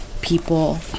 people